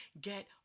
get